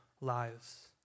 lives